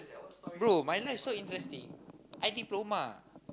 bro my life so interesting I diploma